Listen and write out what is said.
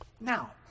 Now